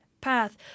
path